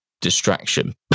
distraction